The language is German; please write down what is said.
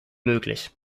möglich